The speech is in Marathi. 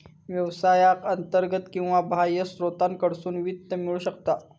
व्यवसायाक अंतर्गत किंवा बाह्य स्त्रोतांकडसून वित्त मिळू शकता